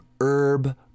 herb